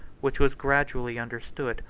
which was gradually understood,